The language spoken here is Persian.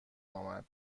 آمد